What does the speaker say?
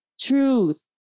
truth